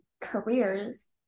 careers